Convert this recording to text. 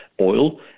oil